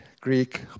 Greek